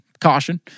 caution